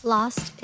Lost